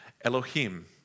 Elohim